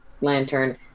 lantern